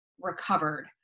recovered